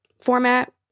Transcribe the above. format